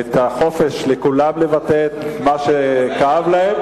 את החופש לכולם לבטא את מה שכאב להם,